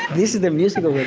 this is the music